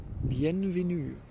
Bienvenue